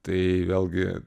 tai vėlgi